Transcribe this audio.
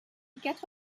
quatre